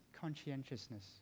conscientiousness